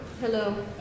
Hello